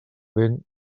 vent